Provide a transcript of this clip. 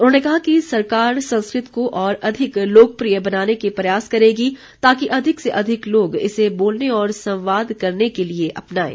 उन्होंने कहा कि सरकार संस्कृत को और अधिक लोकप्रिय बनाने के प्रयास करेगी ताकि अधिक से अधिक लोग इसे बोलने और संवाद करने के लिए अपनाएं